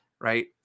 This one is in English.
right